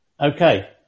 Okay